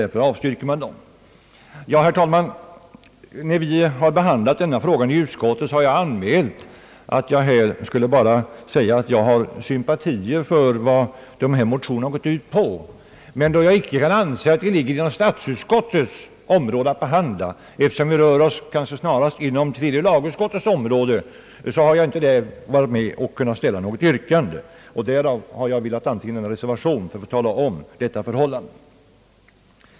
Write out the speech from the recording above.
Därför avstyrker man motionerna. När vi behandlade denna fråga i utskottet anmälde jag att jag i kammaren skulle framföra mina sympatier för vad dessa motioner yrkar. Då jag emellertid inte anser att de ligger inom statsutskottets område utan snarast inom tredje lagutskottets, har jag inte kunnat vara med om att ställa något yrkande, För att påpeka detta förhållande har jag fogat en blank reservation till utlåtandet.